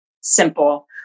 simple